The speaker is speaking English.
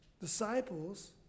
disciples